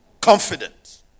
Confident